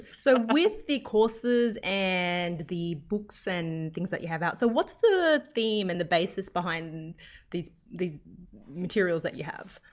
so, with the courses and the books and things you have out, so what's the theme and the basis behind these these materials that you have?